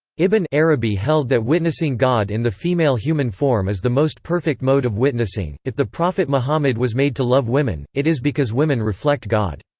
ibn arabi held that witnessing god in the female human form is the most perfect mode of witnessing if the prophet muhammad was made to love women, it is because women reflect god.